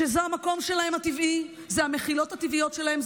שזה המקום הטבעי שלהם,